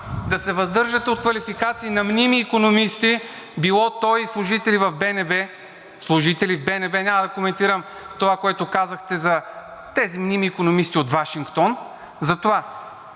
да се въздържате от квалификации „мними икономисти“, било то и служители в БНБ. Служители в БНБ! Няма да коментирам това, което казахте, за тези мними икономисти от Вашингтон, затова